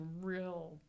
real